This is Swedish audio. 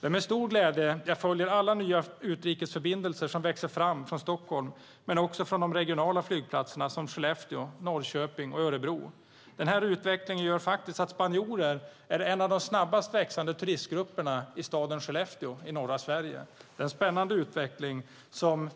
Det är med stor glädje jag följer alla nya utrikesförbindelser som växer fram från Stockholm men också från de regionala flygplatserna som Skellefteå, Norrköping och Örebro. Den här utvecklingen gör faktiskt att spanjorer är en av de snabbast växande turistgrupperna i staden Skellefteå i norra Sverige. Det är en spännande utveckling som